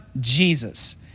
Jesus